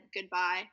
goodbye